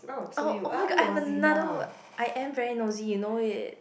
oh oh-my-god I have another word I am very nosy you know it